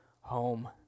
home